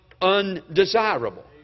undesirable